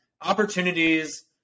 opportunities